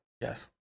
Yes